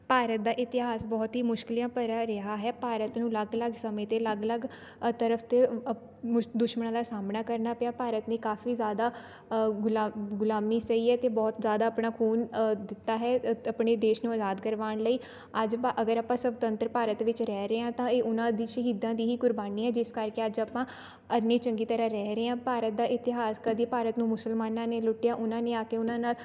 ਭਾਰਤ ਦਾ ਇਤਿਹਾਸ ਬਹੁਤ ਹੀ ਮੁਸ਼ਕਲਾਂ ਭਰਾ ਰਿਹਾ ਹੈ ਭਾਰਤ ਨੂੰ ਅਲੱਗ ਅਲੱਗ ਸਮੇਂ 'ਤੇ ਅਲੱਗ ਅਲੱਗ ਅ ਤਰਫ ਤੋਂ ਅ ਅਪ ਮੁਸ਼ ਦੁਸ਼ਮਣਾਂ ਦਾ ਸਾਹਮਣਾ ਕਰਨਾ ਪਿਆ ਭਾਰਤ ਨੇ ਕਾਫੀ ਜ਼ਿਆਦਾ ਗੁਲਾ ਗੁਲਾਮੀ ਸਹੀ ਹੈ ਅਤੇ ਬਹੁਤ ਜ਼ਿਆਦਾ ਆਪਣਾ ਖੂਨ ਦਿੱਤਾ ਹੈ ਅਤੇ ਆਪਣੀ ਦੇਸ਼ ਨੂੰ ਆਜ਼ਾਦ ਕਰਵਾਉਣ ਲਈ ਅੱਜ ਭਾ ਅਗਰ ਆਪਾਂ ਸਵਤੰਤਰ ਭਾਰਤ ਵਿੱਚ ਰਹਿ ਰਹੇ ਹਾਂ ਤਾਂ ਇਹ ਉਹਨਾਂ ਦੀ ਸ਼ਹੀਦਾਂ ਦੀ ਹੀ ਕੁਰਬਾਨੀ ਹੈ ਜਿਸ ਕਰਕੇ ਅੱਜ ਆਪਾਂ ਐਨੀ ਚੰਗੀ ਤਰ੍ਹਾਂ ਰਹਿ ਰਹੇ ਹਾਂ ਭਾਰਤ ਦਾ ਇਤਿਹਾਸ ਕਦੀ ਭਾਰਤ ਨੂੰ ਮੁਸਲਮਾਨਾਂ ਨੇ ਲੁੱਟਿਆ ਉਹਨਾਂ ਨੇ ਆ ਕੇ ਉਹਨਾਂ ਨਾਲ